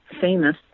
famous